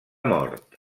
mort